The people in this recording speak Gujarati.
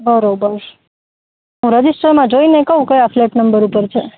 બરોબર રજીસ્ટરમાં જોઈને કઉ ક્યા ફ્લેટ નંબર ઉપર છે